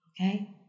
okay